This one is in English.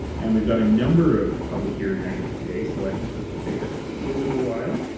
and we've got a number of public hearing items today. so i think this will take us a little while.